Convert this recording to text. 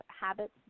habits